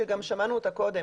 שגם שמענו אותה קודם,